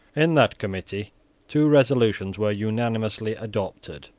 in that committee two resolutions were unanimously adopted.